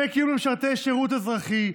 את דמי הקיום למשרתי שירות אזרחי.